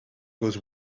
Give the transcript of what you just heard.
goes